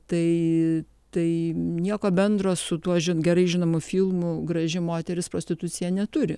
tai tai nieko bendro su tuo žin gerai žinomu filmu graži moteris prostitucija neturi